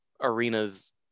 arenas